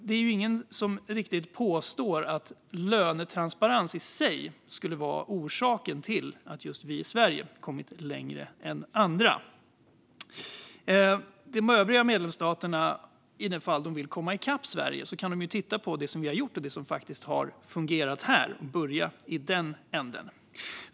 Det är ingen som påstår att lönetransparens i sig skulle vara orsaken till att just vi i Sverige har kommit längre än andra. I de fall övriga medlemsländer vill komma ikapp Sverige kan de titta på det vi har gjort som faktiskt har fungerat och börja i den änden.